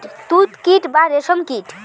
তুত কীট বা রেশ্ম কীট